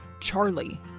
Charlie